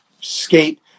skate